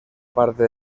parte